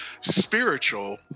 spiritual